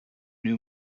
new